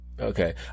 Okay